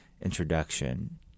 introduction